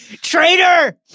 Traitor